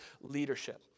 leadership